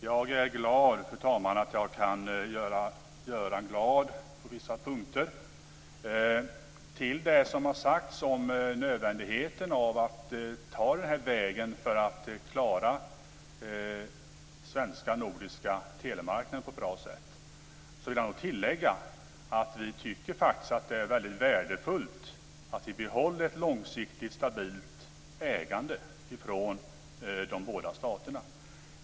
Fru talman! Jag är glad att jag kan göra Göran glad på vissa punkter. Till det som har sagts om nödvändigheten av att ta denna väg för att klara den svenska och nordiska telemarknaden på ett bra sätt vill jag nog tillägga att vi faktiskt tycker att det är mycket värdefullt att vi behåller ett långsiktigt och stabilt ägande från de båda staterna.